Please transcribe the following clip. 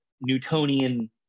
newtonian